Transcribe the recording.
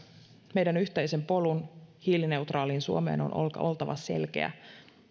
meidän yhteisen polun hiilineutraaliin suomeen on oltava selkeä